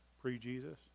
pre-Jesus